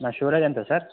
ನಾ ಶಿವರಾಜ್ ಅಂತ ಸರ್